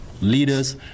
Leaders